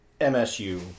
MSU